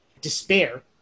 despair